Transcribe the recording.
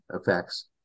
effects